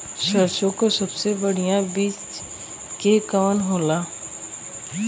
सरसों क सबसे बढ़िया बिज के कवन होला?